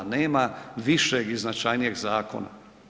Nema višeg i značajnijeg zakona.